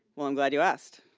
well, i'm glad you asked.